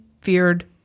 feared